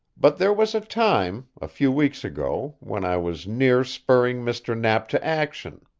but there was a time, a few weeks ago, when i was near spurring mr. knapp to action.